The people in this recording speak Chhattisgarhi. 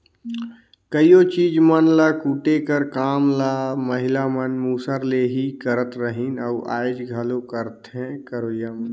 कइयो चीज मन ल कूटे कर काम ल महिला मन मूसर ले ही करत रहिन अउ आएज घलो करथे करोइया मन